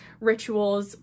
rituals